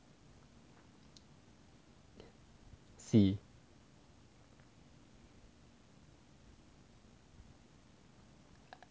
c